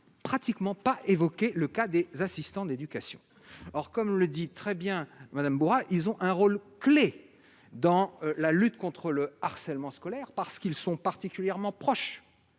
pratiquement pas évoqué le cas des assistants d'éducation, or, comme le dit très bien Madame ils ont un rôle clé dans la lutte contre le harcèlement scolaire parce qu'ils sont particulièrement proches